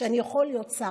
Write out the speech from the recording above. אני יכול להיות שר.